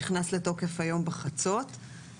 שנכנס לתוקף היום בחצות.